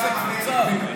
באיזו קבוצה?